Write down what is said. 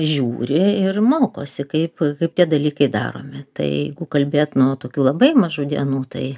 žiūri ir mokosi kaip kaip tie dalykai daromi tai kalbėt nuo tokių labai mažų dienų tai